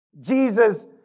Jesus